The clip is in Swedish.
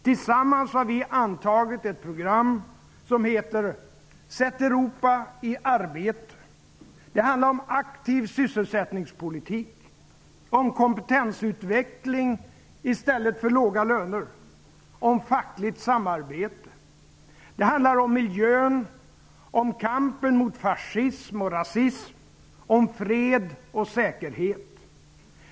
Tillsammans har vi antagit ett program som heter ''Sätt Europa i arbete''. Det handlar om aktiv sysselsättningspolitik, om kompetensutveckling i stället för låga löner, om fackligt samarbete. Det handlar om miljön, om kampen mot fascism och rasism, om fred och säkerhet.